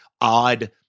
odd